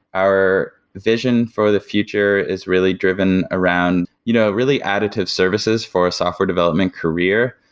our vision for the future is really driven around you know really additive services for a software development career,